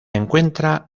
encuentra